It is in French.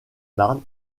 marne